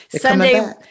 Sunday